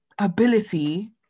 ability